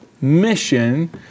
mission